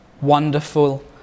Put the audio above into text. wonderful